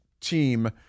team